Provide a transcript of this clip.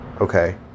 Okay